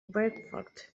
breakthrough